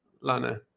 Lana